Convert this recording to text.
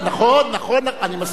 נכון, נכון, אני מסכים.